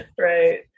Right